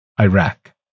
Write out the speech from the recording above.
Iraq